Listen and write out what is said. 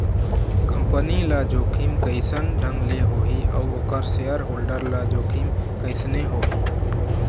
Company ल जोखिम कइसन ढंग ले होही अउ ओखर सेयर होल्डर ल जोखिम कइसने होही?